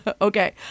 Okay